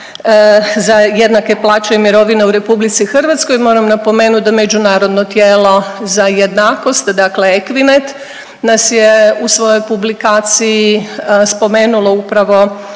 za jednake plaće i mirovine u RH. Moram napomenuti da međunarodno tijelo za jednakost, dakle Equinet, nas je u svojoj publikaciji spomenulo upravo